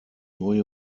neue